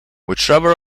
whichever